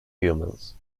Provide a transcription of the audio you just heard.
humans